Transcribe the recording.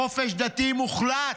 חופש דת מוחלט,